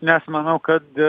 nes manau kad